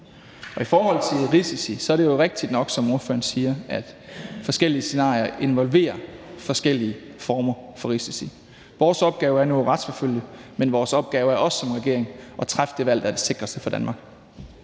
I forhold til risici er det jo rigtigt nok, som ordføreren siger, at forskellige scenarier involverer forskellige former for risici. Vores opgave er nu at retsforfølge, men vores opgave som regering er også at træffe det valg, der er det sikreste for Danmark.